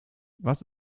was